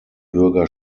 bürger